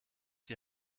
die